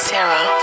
Sarah